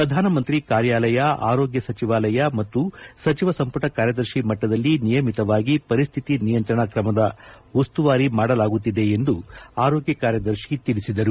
ಪ್ರಧಾನಮಂತ್ರಿ ಕಾರ್ಯಾಲಯ ಆರೋಗ್ಯ ಸಚಿವಾಲಯ ಮತ್ತು ಸಚಿವ ಸಂಪುಟ ಕಾರ್ಯದರ್ತಿ ಮಟ್ಟದಲ್ಲಿ ನಿಯಮಿತವಾಗಿ ಪರಿಸ್ಥಿತಿ ನಿಯಂತ್ರಣಾ ಕ್ರಮ ಉಸ್ತುವಾರಿ ಮಾಡಲಾಗುತ್ತಿದೆ ಎಂದು ಆರೋಗ್ಯ ಕಾರ್ಯದರ್ಶಿ ತಿಳಿಸಿದರು